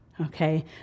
Okay